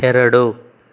ಎರಡು